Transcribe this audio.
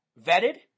vetted